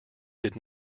did